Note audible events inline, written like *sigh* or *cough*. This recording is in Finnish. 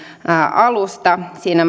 alusta siinä *unintelligible*